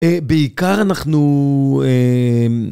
בעיקר אנחנו אההההההההההההה